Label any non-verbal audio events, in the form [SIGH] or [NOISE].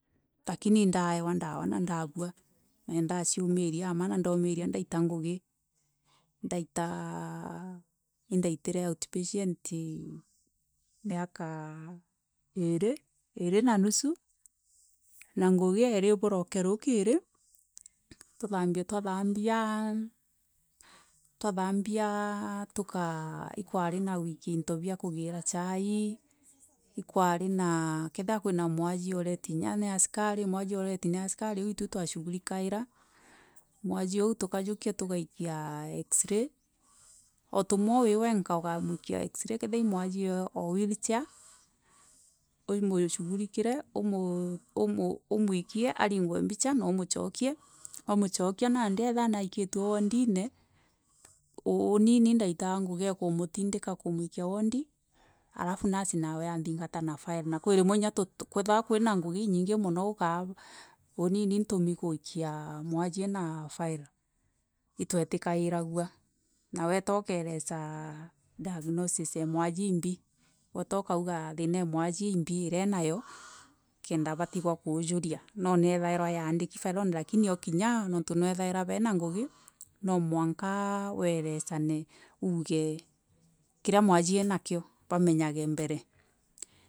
Lakini ndaewa ndawa na ndabua na ndacuumiria ama na ndaumiria ndaita ngugi ndaitaaa indaitere outpatient miaka iiri na nusu na ngugi iiri buroke ruukiri tuthambie twathambia twathambia ikwari na gwikia into bia kugira chai ikwari na kithirwa kwina mwajie ureti kinya ni askari [HESITATION] itwi twashugalikaira mwajie ou tukajukia tugaikia X- ray o tumwa wii wenka ugamuikia x- ray kethirwa i mwajie oo wheelchair umushughulikeri umuikie aringwa mbica na umucookie umucokia nandi ketherwa naiketae woodine uuni ini ndaitaga ngugi ec umutindika umwikia wodi alafu nurse nawe aantingata na file na kwi rimwe kwethira kwina ngugi inyinge mono uuni ini ntumi kuikia muajie na file. Itwatokaeragua na weota ukaoleza diagnosis e mwajie imbi weeta ukauga thiina e mwajie imbi iria aenayo kenda batigwa kuujuria niathirwa yaandiki firone lakini okinya niuntu neethaira beena ngugi no mwanka weelezane uuge kiria mwajie arinakio mbamenyage mbere.